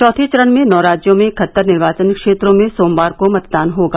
चौथे चरण में नौ राज्यों में इकहत्तर निर्वाचन क्षेत्रों में सोमवार को मतदान होगा